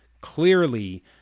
clearly